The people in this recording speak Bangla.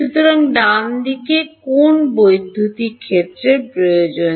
সুতরাং ডানদিকে কোন বৈদ্যুতিক ক্ষেত্রের প্রয়োজন